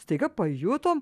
staiga pajutom